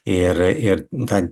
ir ir dar